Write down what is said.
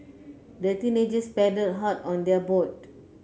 the teenagers paddled hard on their boat